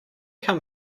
come